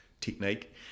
technique